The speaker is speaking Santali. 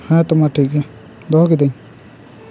ᱦᱮᱸ ᱛᱚ ᱢᱟ ᱴᱷᱤᱠ ᱜᱤᱭᱟᱹ ᱫᱚᱦᱚ ᱠᱤᱫᱤᱧ